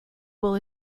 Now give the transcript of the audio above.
will